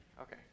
okay